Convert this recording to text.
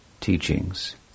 teachings